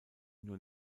nur